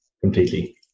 completely